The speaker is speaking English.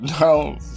No